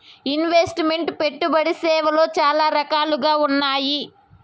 invest meant పెట్టుబడి సేవలు చాలా రకాలుగా ఉన్నాయి